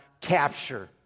capture